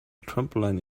trampoline